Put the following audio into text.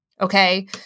Okay